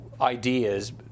ideas